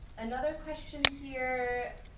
another question here